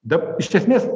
dab iš esmės